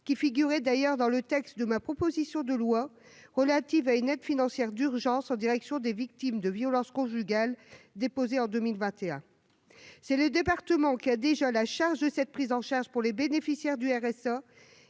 qui figurait d'ailleurs dans le texte de ma proposition de loi relative à une aide financière d'urgence en direction des victimes de violences conjugales, déposée en 2021. Cette aide incombera au conseil départemental, lequel est déjà responsable de cette prise en charge pour les bénéficiaires du RSA,